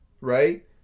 right